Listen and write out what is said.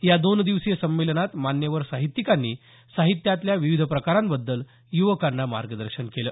या दोनदिवसीय संमेलनात मान्यवर साहित्यिकांनी साहित्यातल्या विविध प्रकारांबद्दल युवकांना मार्गदर्शन केलं